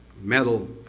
metal